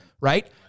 right